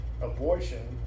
abortion